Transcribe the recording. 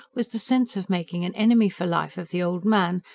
was the sense of making an enemy for life of the old man,